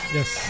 Yes